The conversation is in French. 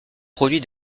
produit